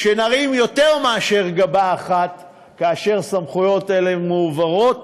שנרים יותר מאשר גבה אחת כאשר הסמכויות האלה מועברות